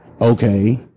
okay